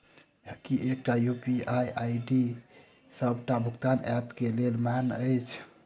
की एकटा UPI ID D सबटा भुगतान ऐप केँ लेल मान्य अछि?